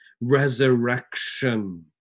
resurrection